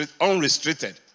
unrestricted